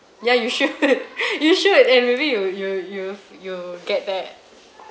ya you should you should and maybe you you you you get that